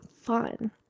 fun